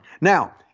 Now